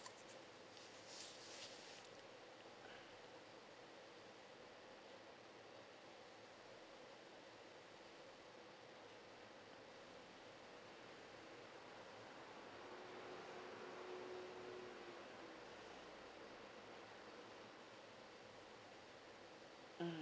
mm